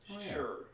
Sure